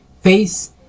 face